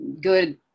good